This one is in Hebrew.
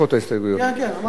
כן, כן, אמרתי את זה.